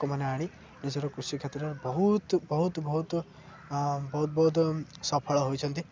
ଲୋକମାନେ ଆଣି ନିଜର କୃଷି କ୍ଷେତ୍ରରେ ବହୁତ ବହୁତ ବହୁତ ବହୁତ ବହୁତ ସଫଳ ହୋଇଛନ୍ତି